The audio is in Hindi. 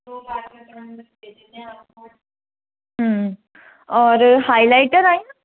दो पार्कर पेन भेज देते हैं आपको और हाइलाइटर आया